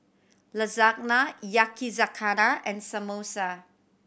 Lasagna Yakizakana and Samosa